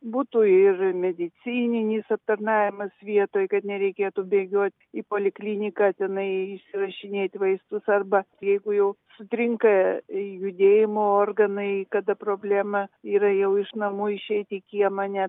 būtų ir medicininis aptarnavimas vietoj kad nereikėtų bėgiot į polikliniką tenai išrašinėt vaistus arba jeigu jau sutrinka judėjimo organai kada problema yra jau iš namų išeiti į kiemą ne